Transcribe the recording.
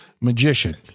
magician